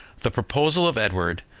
the proposal of edward,